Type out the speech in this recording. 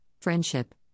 friendship